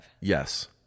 Yes